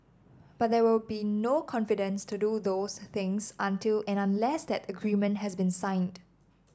but there will be no confidence to do those things until and unless that agreement has been signed